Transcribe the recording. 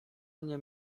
mnie